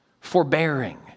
forbearing